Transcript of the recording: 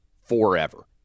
forever